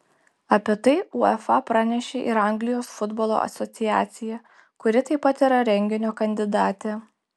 apie tai uefa pranešė ir anglijos futbolo asociacija kuri taip pat yra šio renginio kandidatė